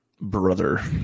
brother